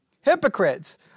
hypocrites